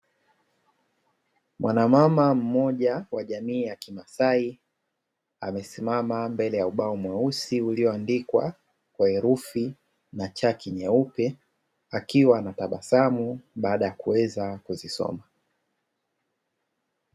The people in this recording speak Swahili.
Mwanamama mmoja wa jamii ya kimasai, amesimama mbele ya ubao mweusi ulioandikwa kwa herufi na chaki nyeupe, akiwa anatabasamu baada ya kuweza kuzisoma.